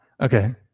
Okay